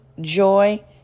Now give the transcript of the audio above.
joy